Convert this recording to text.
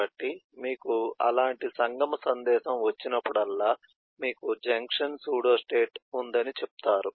కాబట్టి మీకు అలాంటి సంగమ సందేశం వచ్చినప్పుడల్లా మీకు జంక్షన్ సూడోస్టేట్ ఉందని చెప్తారు